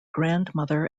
grandmother